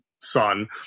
son